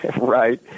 right